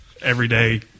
everyday